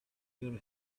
your